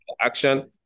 action